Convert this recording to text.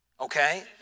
Okay